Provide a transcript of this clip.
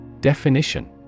Definition